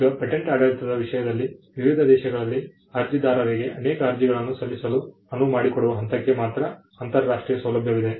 ಈಗ ಪೇಟೆಂಟ್ ಆಡಳಿತದ ವಿಷಯದಲ್ಲಿ ವಿವಿಧ ದೇಶಗಳಲ್ಲಿ ಅರ್ಜಿದಾರರಿಗೆ ಅನೇಕ ಅರ್ಜಿಗಳನ್ನು ಸಲ್ಲಿಸಲು ಅನುವು ಮಾಡಿಕೊಡುವ ಹಂತಕ್ಕೆ ಮಾತ್ರ ಅಂತರರಾಷ್ಟ್ರೀಯ ಸೌಲಭ್ಯವಿದೆ